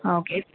ಹಾಂ ಓಕೆ